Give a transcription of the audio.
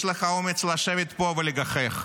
יש לך אומץ לשבת פה ולגחך.